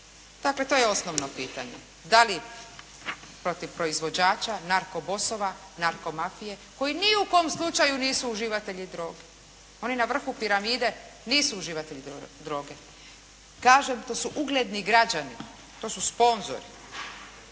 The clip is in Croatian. Dakle to je osnovno pitanje, da li protiv proizvođača, narko bosova, narko mafije koji ni u kom slučaju nisu uživatelji droge. Oni na vrhu piramide nisu uživatelji droge. Kažem to su ugledni građani, to su sponzori.